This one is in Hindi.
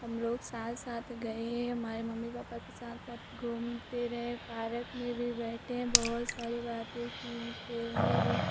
हम लोग साथ साथ गये हमारे मम्मी पापा के साथ साथ घूमते रहे पारक में भी बैठे बहुत सारी बातें की खेलने गये